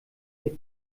ihr